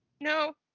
No